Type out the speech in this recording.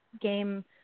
game